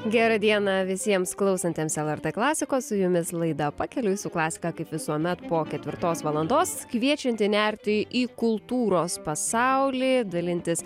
gera diena visiems klausantiems lrt klasikos su jumis laida pakeliui su klasika kaip visuomet po ketvirtos valandos kviečianti nerti į kultūros pasaulį dalintis